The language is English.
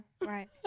Right